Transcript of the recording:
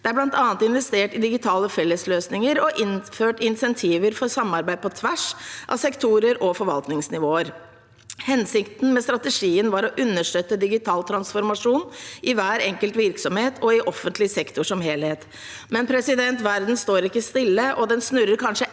Det er bl.a. investert i digitale fellesløsninger og innført insentiver for samarbeid på tvers av sektorer og forvaltningsnivåer. Hensikten med strategien var å understøtte digital transformasjon i hver enkelt virksomhet og i offentlig sektor som helhet. Verden står ikke stille, og den snurrer kanskje